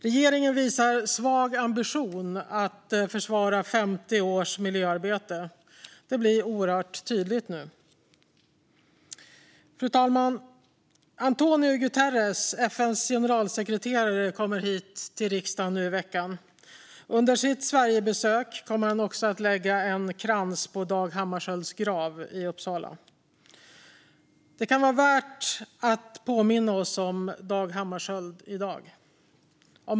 Regeringen visar svag ambition att försvara 50 års miljöarbete; det blir oerhört tydligt nu. Fru talman! António Guterres, FN:s generalsekreterare, kommer hit till riksdagen i veckan. Under sitt Sverigebesök kommer han också att lägga en krans på Dag Hammarskjölds grav i Uppsala. Det kan, av många skäl, vara värt att påminna oss om Dag Hammarskjöld i dag.